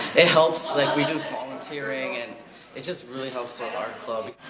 it helps like we do volunteering and it just really helps so our club.